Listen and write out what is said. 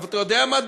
אבל אתה יודע מה,